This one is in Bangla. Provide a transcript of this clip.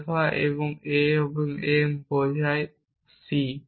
আলফা এবং a এবং m বোঝায় c